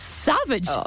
Savage